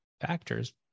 factors